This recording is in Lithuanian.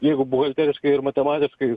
jeigu buhalteriškai ir matematiškai